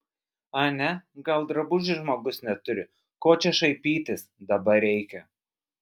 ane gal drabužių žmogus neturi ko čia šaipytis dabar reikia